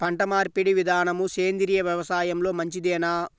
పంటమార్పిడి విధానము సేంద్రియ వ్యవసాయంలో మంచిదేనా?